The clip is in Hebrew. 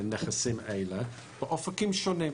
מהנכסים האלה באופקים שונים.